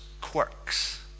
quirks